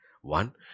one